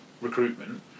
recruitment